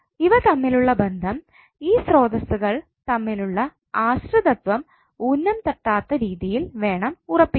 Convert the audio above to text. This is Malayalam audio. ഇവ തമ്മിലുള്ള ബന്ധം ഈ സ്രോതസ്സുകൾ തമ്മിലുള്ള ആശ്രിതത്വം ഊനം തട്ടാത്ത രീതിയിൽ വേണം ഉറപ്പിക്കുവാൻ